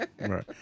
right